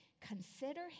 Consider